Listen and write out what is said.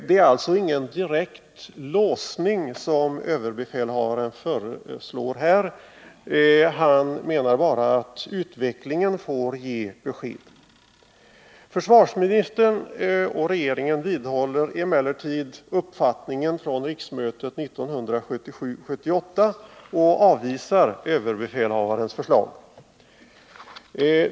Det är alltså ingen direkt låsning som överbefälhavaren föreslår här; han menar bara att utvecklingen får ge besked. Försvarsministern och regeringen vidhåller emellertid uppfattningen från riksmötet 1977/78 och avvisar överbefälhavarens förslag.